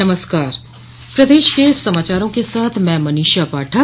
नमस्कार प्रदेश के समाचारों के साथ मैं मनीषा पाठक